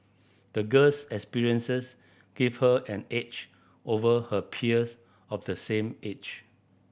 the girl's experiences gave her an edge over her peers of the same age